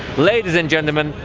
ladies and gentlemen,